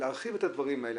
להרחיב את הדברים האלה,